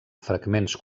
fragments